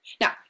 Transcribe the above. Now